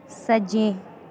सज्जें